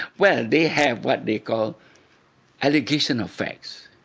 well they had what they call allegational facts.